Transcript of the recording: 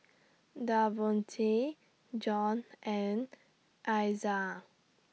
Davonte John and Iza